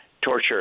torture